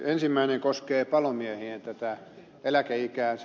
ensimmäinen koskee palomiehien eläkeikää